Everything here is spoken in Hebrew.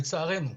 לצערנו.